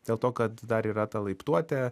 dėl to kad dar yra ta laiptuotė